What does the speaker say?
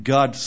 God